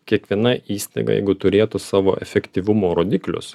kiekviena įstaiga jeigu turėtų savo efektyvumo rodiklius